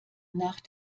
nach